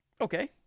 Okay